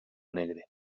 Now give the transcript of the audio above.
negre